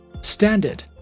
Standard